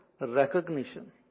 recognition